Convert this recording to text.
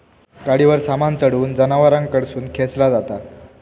गाडीवर सामान चढवून जनावरांकडून खेंचला जाता